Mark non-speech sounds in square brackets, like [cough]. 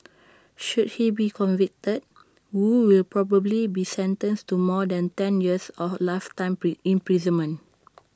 should he be convicted wu will probably be sentenced to more than ten years or lifetime [unintelligible] imprisonment